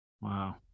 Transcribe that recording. Wow